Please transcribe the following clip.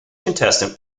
contestant